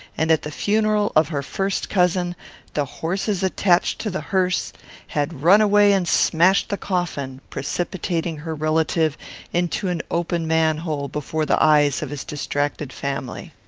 and at the funeral of her first cousin the horses attached to the hearse had run away and smashed the coffin, precipitating her relative into an open man-hole before the eyes of his distracted family.